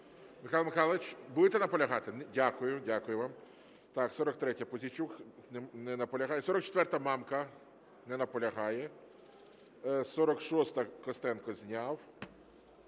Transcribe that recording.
Михайло Михайлович, будете наполягати? Дякую. Дякую вам. 43-я, Пузійчук. Не наполягає. 44-а, Мамка. Не наполягає. 46-а, Костенко. Зняв.